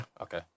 Okay